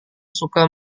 suka